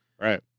Right